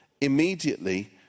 Immediately